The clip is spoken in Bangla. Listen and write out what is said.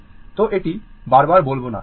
তো এটি বারবার বোলবোনা এটা আপনার কাছে বোধগম্য